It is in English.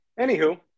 anywho